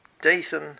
Dathan